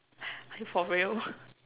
are you for real